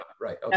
right